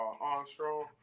Armstrong